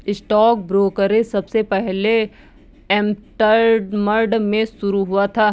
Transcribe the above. stock brokerage सबसे पहले Amsterdam में शुरू हुआ था